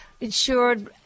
insured